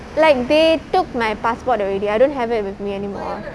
like they took my passport already I don't have it with me anymore